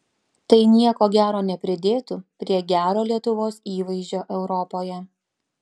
tai nieko gero nepridėtų prie gero lietuvos įvaizdžio europoje